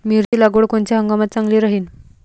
मिरची लागवड कोनच्या हंगामात चांगली राहीन?